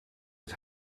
het